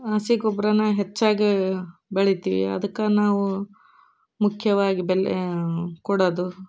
ಹಸಿ ಗೊಬ್ಬರನ ಹೆಚ್ಚಾಗಿ ಬೆಳಿತೀವಿ ಅದ್ಕೆ ನಾವು ಮುಖ್ಯವಾಗಿ ಬೆಲೆ ಕೊಡೋದು